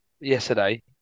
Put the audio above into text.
yesterday